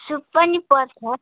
soup पनि पर्छ